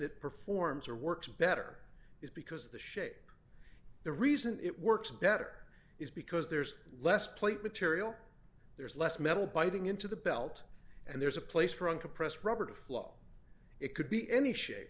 it performs or works better is because of the shape the reason it works better is because there's less plate material there's less metal biting into the belt and there's a place for on compressed robert a flaw it could be any shape